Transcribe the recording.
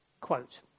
Quote